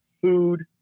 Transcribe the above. food